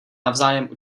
navzájem